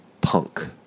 punk